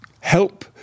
help